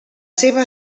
seva